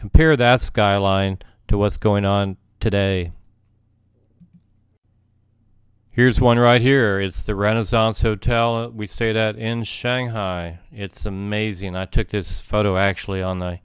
compare that skyline to what's going on today here's one right here is the renaissance hotel we stayed at in shanghai it's amazing i took this photo actually on the